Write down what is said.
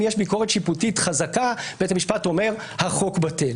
ביקורת שיפוטית חזקה ובית המשפט אומר: החוק בטל.